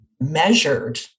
measured